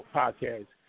podcast